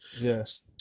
Yes